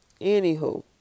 Anywho